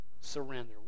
surrender